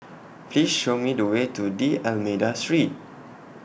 Please Show Me The Way to D'almeida Street